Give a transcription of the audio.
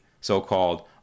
so-called